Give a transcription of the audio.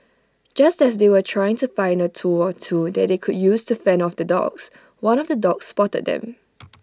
just as they were trying to find A tool or two that they could use to fend off the dogs one of the dogs spotted them